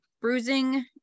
bruising